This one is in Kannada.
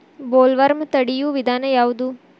ಬೊಲ್ವರ್ಮ್ ತಡಿಯು ವಿಧಾನ ಯಾವ್ದು?